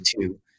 two